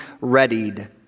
readied